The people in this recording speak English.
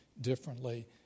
differently